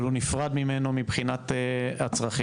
אבל הוא נפרד ממנו מבחינת הצרכים.